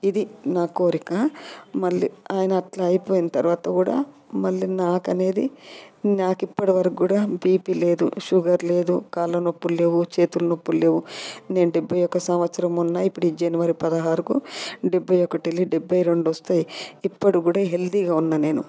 ఇది నా కోరిక మళ్ళీ ఆయన అట్ల అయిపోయిన తర్వాత కూడా మళ్ళీ నాకు అనేది నాకు ఇప్పటివరకు కూడా బీపీ లేదు షుగర్ లేదు కాళ్ళ నొప్పులు లేవు చేతులు నొప్పులు లేవు నేను డెబ్బై ఒక సంవత్సరం ఉన్న ఇప్పుడు జనవరి పదహారుకు డెబ్బై ఒకటి వెళ్ళి డెబ్బై రెండు వస్తాయి ఇప్పుడు కూడా హెల్తీగా ఉన్న నేను